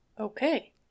Okay